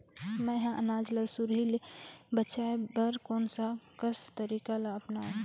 मैं ह अनाज ला सुरही से बचाये बर कोन कस तरीका ला अपनाव?